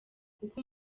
kuko